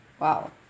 Wow